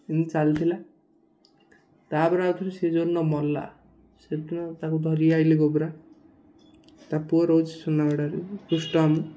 ଏମିତି ଚାଲିଥିଲା ତା'ପରେ ଆଉ ଥର ସେ ଯେଉଁ ଦିନ ମଲା ସେଦିନ ତାକୁ ଧରି ଆସିଲେ ଗୋବ୍ରା ତା' ପୁଅ ରହୁଛି ସୁନାଗଡ଼ାରୁ କୃଷ୍ଟ ମାମୁଁ